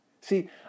See